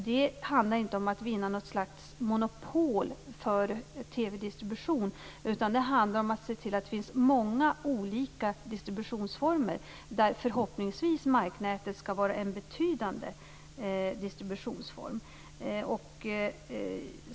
Det handlar inte om att vinna något slags monopol för TV-distribution, utan det handlar om att se till att det finns många olika distributionsformer, där förhoppningsvis marknätet skall vara en betydande distributionsform.